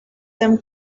them